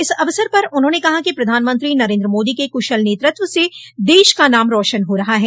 इस अवसर पर उन्होंने कहा कि प्रधानमंत्री नरेन्द्र मोदी के कुशल नेतृत्व से देश का नाम रौशन हो रहा है